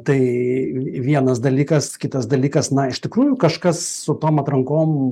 tai vienas dalykas kitas dalykas na iš tikrųjų kažkas su tom atrankom